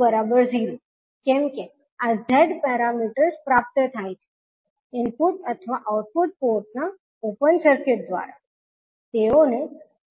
કેમ કે આ Z પેરામીટર્સ પ્રાપ્ત થાય છે ઇનપુટ અથવા આઉટપુટ પોર્ટ ના ઓપન સર્કિટ દ્વારા તેઓને